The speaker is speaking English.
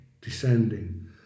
descending